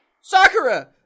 sakura